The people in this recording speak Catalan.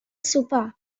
sopar